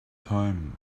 time